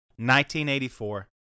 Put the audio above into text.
1984